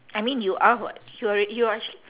I mean you are what you alre~ you are actually